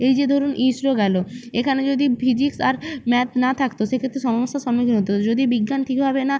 এই যে ধরুন ইসরো গেল এখানে যদি ফিজিক্স আর ম্যাথ না থাকত সেক্ষেত্রে সমস্যার সম্মুখীন হতে হতো যদি বিজ্ঞান ঠিকভাবে না